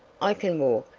i can walk,